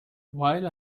while